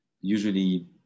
usually